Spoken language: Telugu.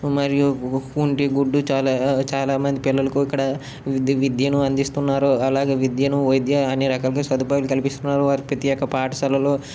మరియు కుం కుంటి గుడ్డు చాలా చాలా మంది పిల్లలకు ఇక్కడ విద్య విద్యను అందిస్తున్నారు అలాగే విద్యను వైద్య అన్ని రకాలుగా సదుపాయాలు కల్పిస్తున్నారు వారి ప్రత్యేక పాఠశాలలు